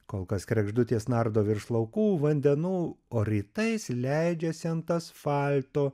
kol kas kregždutės nardo virš laukų vandenų o rytais leidžiasi ant asfalto